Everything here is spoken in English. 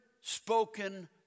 spoken